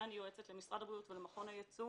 ואני יועצת למשרד הבריאות ולמכון הייצוא